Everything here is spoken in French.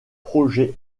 projets